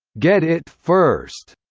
get it first.